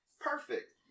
Perfect